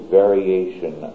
variation